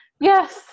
yes